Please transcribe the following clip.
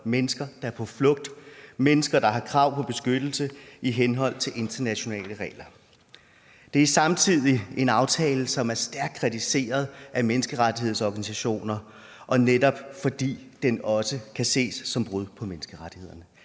mennesker, der er på flugt, mennesker, der har krav på beskyttelse i henhold til internationale regler. Det er samtidig en aftale, som er stærkt kritiseret af menneskerettighedsorganisationer, netop fordi den også kan ses som et brud på menneskerettighederne.